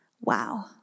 Wow